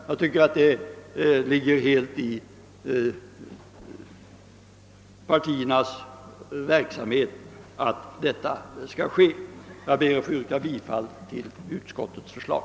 Det ligger helt i linje med partiernas verksamhet att så sker. Jag ber att få yrka bifall till utskottets förslag.